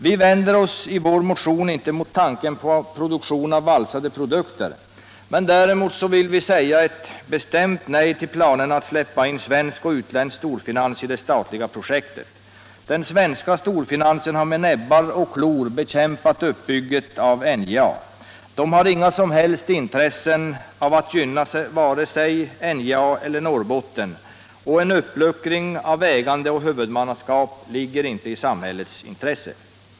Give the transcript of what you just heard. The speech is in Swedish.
Vi vänder oss i vår motion inte mot tanken på en produktion av valsade produkter, men däremot vill vi säga ett bestämt nej till planerna att släppa in svensk och utländsk storfinans i det statliga projektet. Den svenska storfinansen har med näbbar och klor bekämpat uppbyggandet av NJA och har inget som helst intresse av att gynna vare sig NJA eller Norrbotten, och en uppluckring av ägande och huvudmannaskap ligger inte i samhällets intresse.